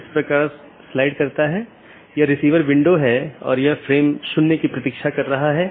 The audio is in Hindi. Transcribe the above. पैकेट IBGP साथियों के बीच फॉरवर्ड होने के लिए एक IBGP जानकार मार्गों का उपयोग करता है